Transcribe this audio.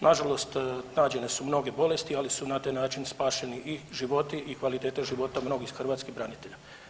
Nažalost, nađene su mnoge bolesti, ali su na taj način spašeni i životi i kvaliteta života mnogih hrvatskih branitelja.